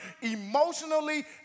emotionally